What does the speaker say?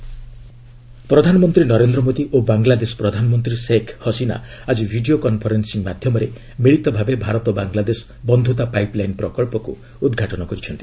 PM Indo Bangla ପ୍ରଧାନମନ୍ତ୍ରୀ ନରେନ୍ଦ୍ର ମୋଦି ଓ ବାଙ୍ଗଲାଦେଶ ପ୍ରଧାନମନ୍ତ୍ରୀ ସେଖ୍ ହାସିନା ଆଜି ଭିଡ଼ିଓ କନ୍ଫରେନ୍ସିଂ ମାଧ୍ୟମରେ ମିଳିତ ଭାବେ ଭାରତ ବାଙ୍ଗଲାଦେଶ ବନ୍ଧୁତା ପାଇପ୍ଲାଇନ୍ ପ୍ରକଳ୍ପକୁ ଉଦ୍ଘାଟନ କରିଛନ୍ତି